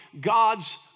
God's